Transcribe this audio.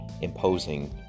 imposing